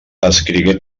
escrigué